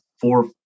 four